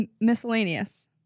Miscellaneous